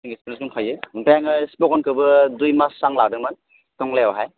experience दंखायो ओमफ्राय आङो स्मगनखोबो दुइ मास आं लादोंमोन टंग्लायावहाय